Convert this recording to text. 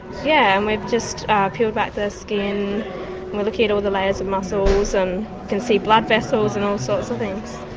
yeah, and we've just peeled back the skin and we're looking at all the layers of muscles and can see blood vessels and all sorts of things.